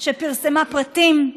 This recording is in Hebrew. שפרסמה פרטים,